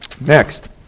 Next